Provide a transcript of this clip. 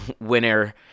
winner